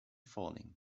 falling